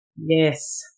Yes